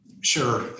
Sure